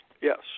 Yes